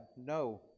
no